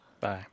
Bye